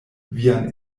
vian